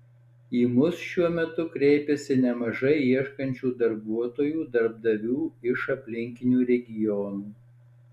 į mus šiuo metu kreipiasi nemažai ieškančių darbuotojų darbdavių iš aplinkinių regionų